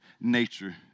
nature